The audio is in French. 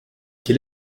quel